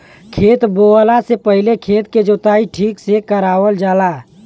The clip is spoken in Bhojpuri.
खेत बोवला से पहिले खेत के जोताई ठीक से करावल जाला